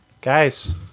guys